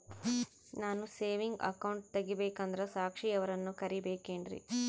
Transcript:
ನಾನು saving account ತೆಗಿಬೇಕಂದರ ಸಾಕ್ಷಿಯವರನ್ನು ಕರಿಬೇಕಿನ್ರಿ?